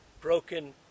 broken